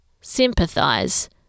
sympathise